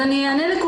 תן לה לדבר.